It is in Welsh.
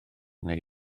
wnei